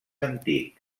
antic